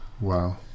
Wow